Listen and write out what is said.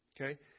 okay